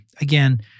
Again